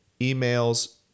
emails